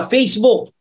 Facebook